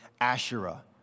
Asherah